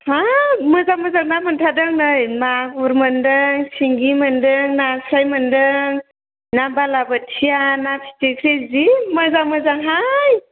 हाब मोजां मोजां ना मोनथारदों नै मागुर मोन्दों सिंगि मोन्दों नास्राय मोन्दों ना बालाबाथिया ना फिथिख्रि जि मोजां मोजां हाय